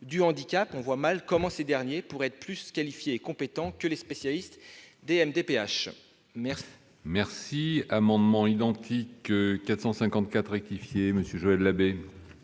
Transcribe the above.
du handicap, on voit mal comment ces derniers pourraient être plus qualifiés et compétents que les spécialistes des maisons